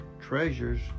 treasures